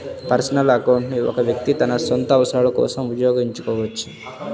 personal account ని ఒక వ్యక్తి తన సొంత అవసరాల కోసం ఉపయోగించుకోవచ్చు